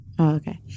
Okay